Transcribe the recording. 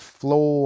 flow